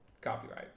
Copyright